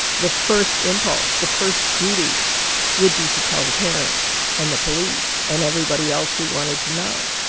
the first impulse, the first duty would be to tell the parents, and the police, and everybody else who wanted to know.